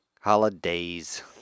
Holidays